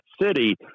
city